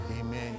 Amen